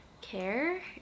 care